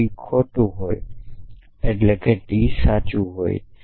T ખોટું હોય તો T સાચું હોવું જ જોઈએ